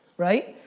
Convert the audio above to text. right?